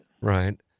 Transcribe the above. Right